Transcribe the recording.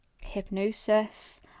hypnosis